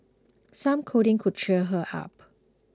some cuddling could cheer her up